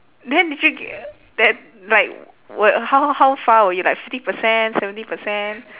then did you ge~ then like what how how far were you like fifty percent seventy percent